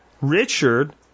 Richard